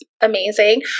Amazing